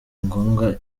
ngombwa